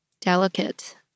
delicate